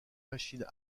machines